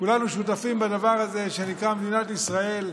כולנו שותפים בדבר הזה שנקרא מדינת ישראל.